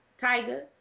Tiger